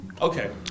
Okay